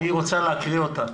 להקריא.